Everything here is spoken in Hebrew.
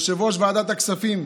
יושב-ראש ועדת הכספים,